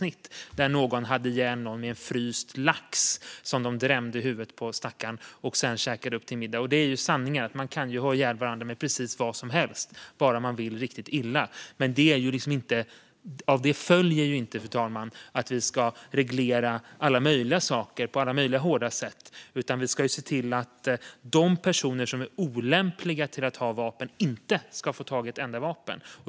Det var någon som hade ihjäl en annan person med en fryst lax som drämdes i huvudet på stackaren och sedan käkades upp till middag. Och det är ju sanningen, det vill säga att man kan ha ihjäl varandra med precis vad som helst bara man vill det riktigt mycket. Men av det följer ju inte att vi ska reglera alla möjliga saker på alla möjliga hårda sätt, fru talman. Vi ska i stället se till att de personer som är olämpliga att ha vapen inte ska få tag i ett enda vapen.